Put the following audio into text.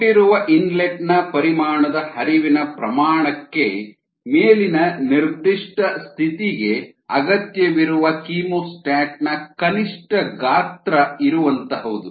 ಕೊಟ್ಟಿರುವ ಇನ್ಲೆಟ್ ನ ಪರಿಮಾಣದ ಹರಿವಿನ ಪ್ರಮಾಣಕ್ಕೆ ಮೇಲಿನ ನಿರ್ದಿಷ್ಟ ಸ್ಥಿತಿಗೆ ಅಗತ್ಯವಿರುವ ಕೀಮೋಸ್ಟಾಟ್ನ ಕನಿಷ್ಠ ಗಾತ್ರ ಇರುವಂತಹುದು